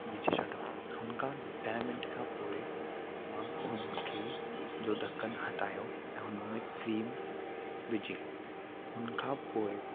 विझी छॾो हुन खां ॾहें मिन्ट खां पोइ मां हुनखे जो ढकणु हटायो ऐं हुन में क्रीम विझी हुन खां पोइ